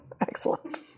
Excellent